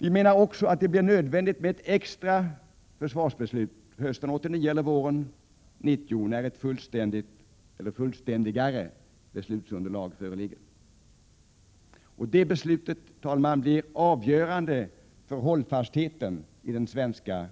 Vi menar också att det blir nödvändigt med ett extra försvarsbeslut hösten 1989 eller våren 1990, när ett fullständigare beslutsunderlag föreligger. Det beslutet blir avgörande för hållfastheten i den svenska